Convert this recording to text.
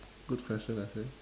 good question I'd say